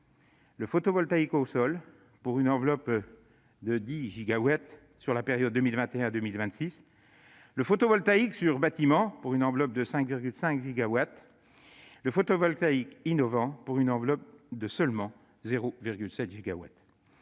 le photovoltaïque au sol, pour une enveloppe de 10 gigawatts sur la période 2021-2026, le photovoltaïque sur bâtiments, pour une enveloppe de 5,5 gigawatts, et le photovoltaïque innovant, pour une enveloppe de seulement 0,7 gigawatt.